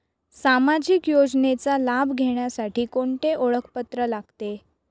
सामाजिक योजनेचा लाभ घेण्यासाठी कोणते ओळखपत्र लागते?